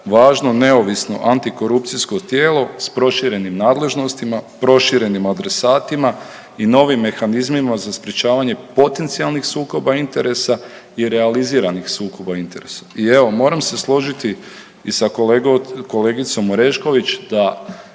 važno neovisno antikorupcijsko tijelo s proširenim nadležnostima, proširenim adresatima i novim mehanizmima za sprječavanje potencijalnih sukoba interesa i realiziranih sukoba interesa. I evo moram se složiti i sa kolegicom Orešković da